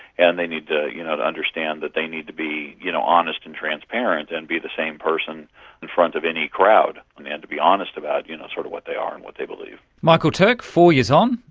and they need to you know to understand that they need to be you know honest and transparent and be the same person in front of any crowd, and and to be honest about you know sort of what they are and what they believe. michael turk, four years on,